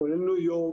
כולל ניו-יורק,